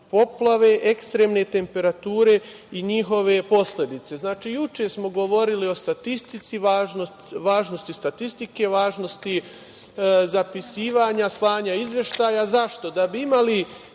poplave, ekstremne temperature i njihove posledice. Znači, juče smo govorili o statistici, važnosti statistike, važnosti zapisivanja, slanja izveštaja, zašto, da bi imali